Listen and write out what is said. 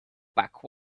back